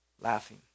laughing